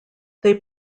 they